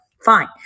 Fine